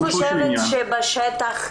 בשטח,